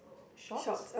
shorts